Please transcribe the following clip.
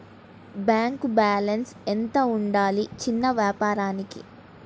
Bank balance ఎంత ఉండాలి చిన్న వ్యాపారానికి?